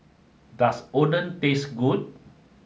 does Oden taste good